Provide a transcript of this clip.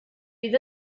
fydd